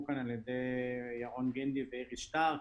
כאן על ידי ירון גינדי ואיריס שטרק.